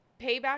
Payback